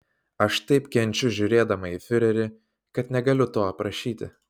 aš taip kenčiu žiūrėdama į fiurerį kad negaliu to aprašyti